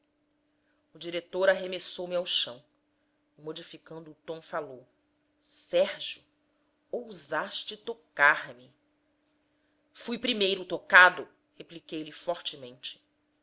o diretor arremessou me ao chão e modificando o tom falou sérgio ousaste tocar me fui primeiro tocado repliquei fortemente